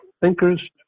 Thinkers